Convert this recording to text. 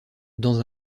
dans